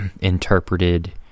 interpreted